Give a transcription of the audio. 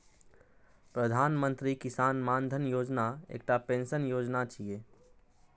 प्रधानमंत्री किसान मानधन योजना एकटा पेंशन योजना छियै